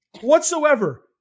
whatsoever